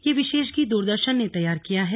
यह विशेष गीत दूरदर्शन ने तैयार किया है